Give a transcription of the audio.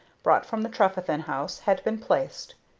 brought from the trefethen house, had been placed.